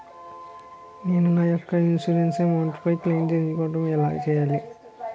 నేను నా యెక్క ఇన్సురెన్స్ అమౌంట్ ను క్లైమ్ చేయాలనుకుంటున్నా ఎలా చేయాలి?